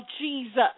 Jesus